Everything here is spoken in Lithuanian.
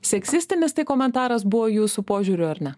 seksistinis tai komentaras buvo jūsų požiūriu ar ne